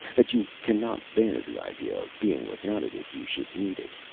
that you cannot bear the idea of being without it if you should need it.